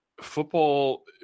football